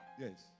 Yes